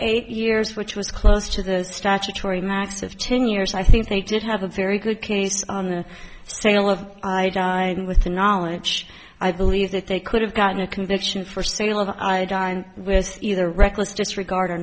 eight years which was close to the statutory max of ten years i think they did have a very good case on a scale of i died with the knowledge i believe that they could have gotten a conviction for sale of iodine with either reckless disregard or